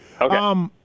Okay